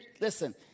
listen